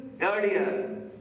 earlier